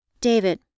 David